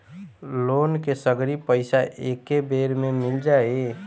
Loan के सगरी पइसा एके बेर में मिल जाई?